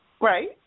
Right